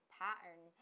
pattern